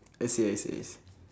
I see I see I s~